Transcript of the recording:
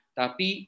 tapi